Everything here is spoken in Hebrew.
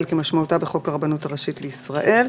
כמשמעותה בחוק הרבנות הראשית לישראל.